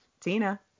tina